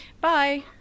bye